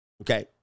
Okay